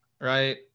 right